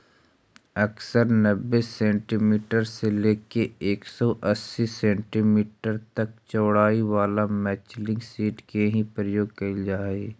अक्सर नब्बे सेंटीमीटर से लेके एक सौ अस्सी सेंटीमीटर तक चौड़ाई वाला मल्चिंग सीट के ही प्रयोग कैल जा हई